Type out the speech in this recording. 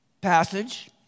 passage